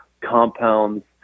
compounds